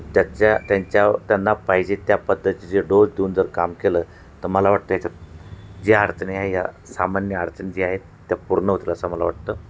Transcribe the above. त्याच्या त्यांच्या त्यांना पाहिजे त्या पद्धतीचे डोस देऊन जर काम केलं तर मला वाटतं याच्यात ज्या अडचणी आहे या सामान्य अडचणी जे आहे त्या पूर्ण होतील असं मला वाटतं